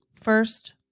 First